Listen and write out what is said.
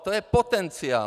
To je potenciál.